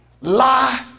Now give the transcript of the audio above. lie